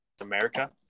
America